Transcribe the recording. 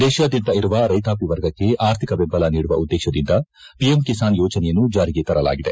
ದೇಶಾದ್ದಂತ ಇರುವ ರೈತಾಪಿ ವರ್ಗಕ್ಕೆ ಆರ್ಥಿಕ ಬೆಂಬಲ ನೀಡುವ ಉದ್ಗೇಶದಿಂದ ಪಿಎಂ ಕಿಸಾನ್ ಯೋಜನೆಯನ್ನು ಜಾರಿಗೆ ತರಲಾಗಿದೆ